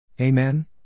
Amen